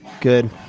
Good